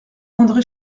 andré